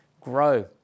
grow